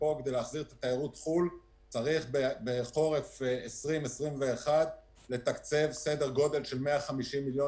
כדי להחזיר את תיירות חו"ל צריך בחורף 21-20 לתקצב סדר גודל של 150 מיליון